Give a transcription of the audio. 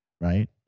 right